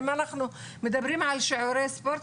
אם אנחנו מדברים על שיעורי ספורט,